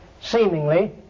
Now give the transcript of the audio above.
seemingly